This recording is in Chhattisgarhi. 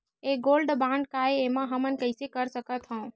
ये गोल्ड बांड काय ए एमा हमन कइसे कर सकत हव?